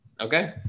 Okay